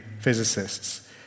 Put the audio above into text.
physicists